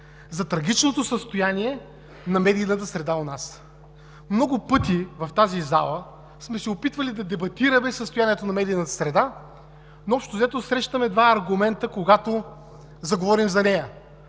за трагичното състояние на медийната среда у нас. Много пъти в тази зала сме се опитвали да дебатираме състоянието на медийната среда, но общо взето срещаме два аргумента, когато заговорим за нея.